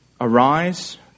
Arise